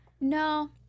No